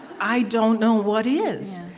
i don't know what is.